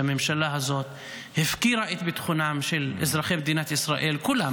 שהממשלה הזאת הפקירה את ביטחונם של אזרחי מדינת ישראל כולם,